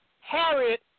Harriet